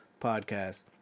podcast